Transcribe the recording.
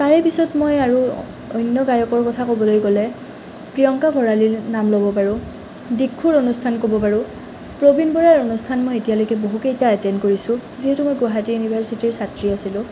তাৰ পিছত মই আৰু অন্য গায়কৰ কথা ক'বলৈ গ'লে প্ৰিয়ংকা ভঁৰালীৰ নাম ল'ব পাৰোঁ দিক্ষুৰ অনুষ্ঠান ক'ব পাৰোঁ প্ৰবীণ বৰাৰ অনুষ্ঠান মই এতিয়ালৈকে বহু কেইটা এটেণ্ড কৰিছোঁ যিহেতু মই গুৱাহাটী ইউনিভাৰ্ছিটিৰ ছাত্ৰী আছিলোঁ